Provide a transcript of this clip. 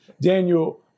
Daniel